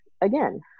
again